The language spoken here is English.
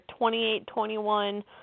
28-21